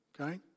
Okay